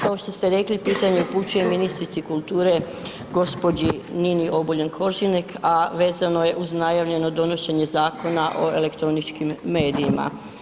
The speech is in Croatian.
Kao što ste rekli pitanje upućujem ministrici kulture gđi. Nini Obuljen-Koržinek a vezano je uz najavljeno donošenje Zakona o elektroničkim medijima.